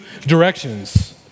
directions